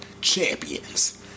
Champions